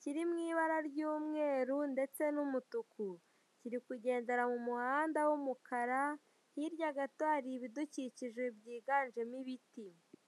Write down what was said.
kiri mu ibara ry'umweru ndetse n'umutuku kiri kugendera mu muhanda w'umukara hirya gato hari ibidukikije byiganjemo ibiti.